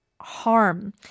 harm